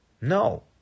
No